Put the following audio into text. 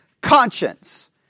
conscience